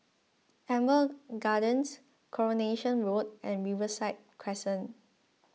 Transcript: Amber Gardens Coronation Road and Riverside Crescent